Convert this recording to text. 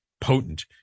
potent